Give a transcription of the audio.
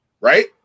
right